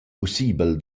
pussibel